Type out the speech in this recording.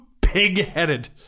pig-headed